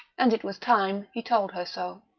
and it was time he told her so.